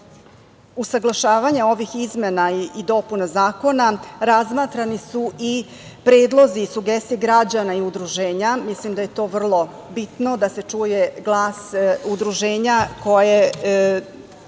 usaglašavanja ovih izmena i dopuna zakona razmatrani i predlozi i sugestije građana i udruženja. Mislim da je to vrlo bitno da se čuje glas udruženja gde